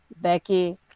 Becky